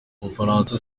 bufaransa